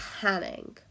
panning